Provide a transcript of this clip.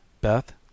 Beth